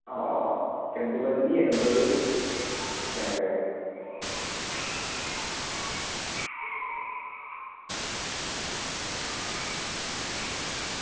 ആ ചെണ്ടുമല്ലി എൺമ്പത് ആണല്ലെ